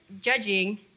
judging